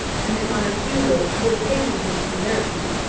and that my refusal would occasion him embarrassment.